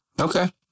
okay